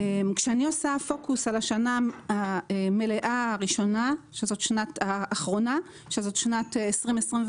כשאני שמה פוקוס על השנה המלאה האחרונה שזאת שנת 2021,